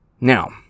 Now